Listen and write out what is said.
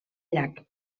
llac